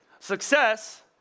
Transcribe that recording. Success